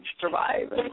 survive